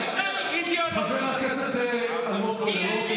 חבר הכנסת אלמוג כהן,